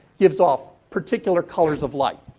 gives off particular colors of light.